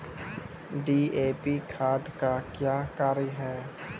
DAP खाद का क्या कार्य हैं?